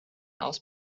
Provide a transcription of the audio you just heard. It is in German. aus